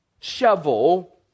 shovel